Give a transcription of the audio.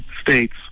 States